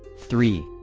three.